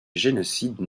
génocide